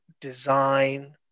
design